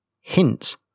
hints